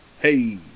hey